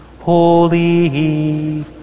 Holy